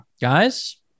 Guys